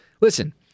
listen